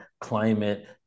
climate